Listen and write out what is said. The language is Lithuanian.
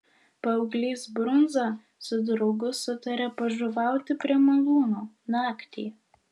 paauglys brundza su draugu sutarė pažuvauti prie malūno naktį